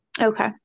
Okay